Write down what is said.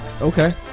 okay